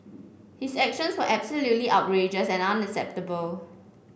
his actions were absolutely outrageous and unacceptable